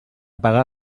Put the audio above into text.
pagar